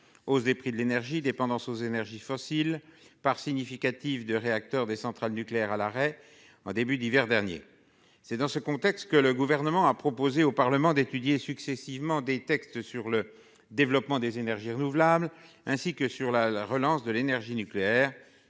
hausse des prix de l'énergie, dépendance aux énergies fossiles, part significative de réacteurs des centrales nucléaires à l'arrêt en début d'hiver dernier ... C'est dans ce contexte que le Gouvernement a proposé au Parlement d'étudier successivement deux textes, l'un sur le développement des énergies renouvelables et l'autre sur la relance de l'énergie nucléaire.